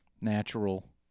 natural